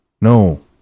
No